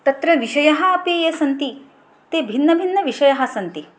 तत्र विषयाः अपि ये सन्ति ते भिन्नभिन्नविषयाः सन्ति